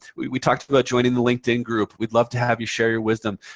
we talked about joining the linkedin group. we'd love to have you share your wisdom.